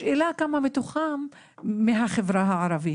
השאלה כמה מתוכם מהחברה הערבית?